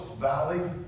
valley